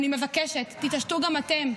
אני מבקשת: תתעשתו גם אתם,